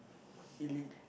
elit~